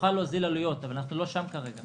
נוכל להוזיל עלויות, אבל אנחנו לא שם כרגע.